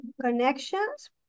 connections